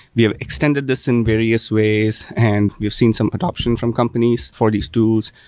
we have extended this in various ways and we've seen some adaption from companies for these tools.